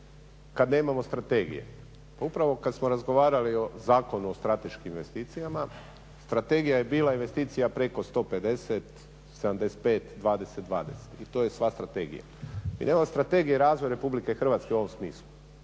kad nemamo strategije? Pa upravo kad smo razgovarali o Zakonu o strateškim investicijama, strategija je bila investicija preko 150, 75, 20, 20 i to je sva strategija i nema strategije razvoj RH u ovom smislu.